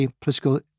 political